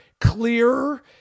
clearer